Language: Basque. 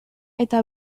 eta